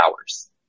hours